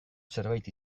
zerbait